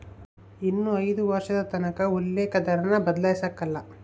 ಇನ್ನ ಐದು ವರ್ಷದತಕನ ಉಲ್ಲೇಕ ದರಾನ ಬದ್ಲಾಯ್ಸಕಲ್ಲ